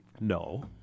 No